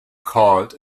called